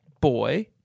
boy